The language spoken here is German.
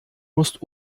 musst